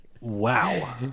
Wow